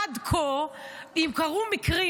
עד כה אם קרו מקרים,